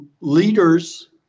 leaders